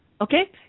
Okay